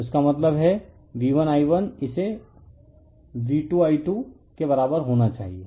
तो इसका मतलब है V1I1 इसे V2I2 के बराबर होना चाहिए